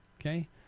okay